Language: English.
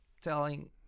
telling